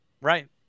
right